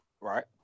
Right